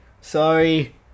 sorry